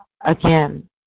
again